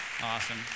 Awesome